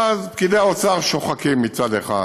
ואז פקידי האוצר שוחקים מצד אחד,